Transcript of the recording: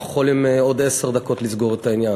אנחנו יכולים עוד עשר דקות לסיים את העניין.